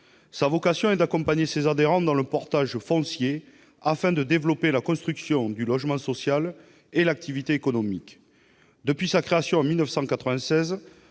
Sa vocation est d'accompagner ses adhérents dans le portage foncier, afin de développer la construction du logement social et l'activité économique. Depuis sa création, en 1996,